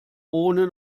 ohne